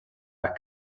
átha